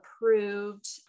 approved